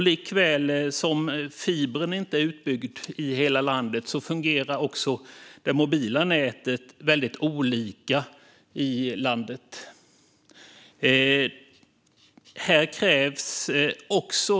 Liksom fibernätet inte är utbyggt i hela landet fungerar det mobila nätet väldigt olika i olika delar av landet.